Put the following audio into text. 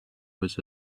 was